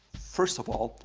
first of all,